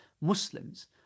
Muslims